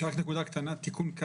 כי בתשלומים יש התקשרות של מיילים,